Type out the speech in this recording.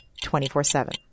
24-7